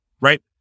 right